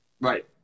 Right